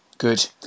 Good